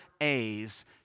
A's